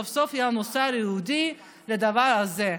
סוף-סוף יהיה לנו שר ייעודי לדבר הזה.